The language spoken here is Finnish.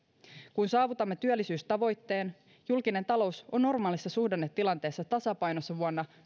kun saavutamme työllisyystavoitteen julkinen talous on normaalissa suhdannetilanteessa tasapainossa vuonna